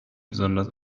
besonders